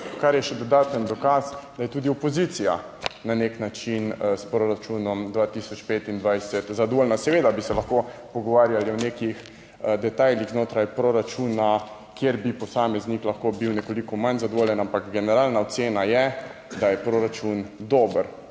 kar je še dodaten dokaz, da je tudi opozicija na nek način s proračunom 2025 zadovoljna. Seveda bi se lahko pogovarjali o nekih detajlih znotraj proračuna kjer bi posameznik lahko bil nekoliko manj zadovoljen, ampak generalna ocena je, da je proračun dober.